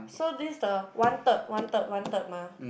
so this is the one third one third one third mah